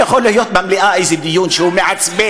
יכול להיות במליאה איזה דיון שהוא מעצבן,